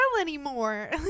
anymore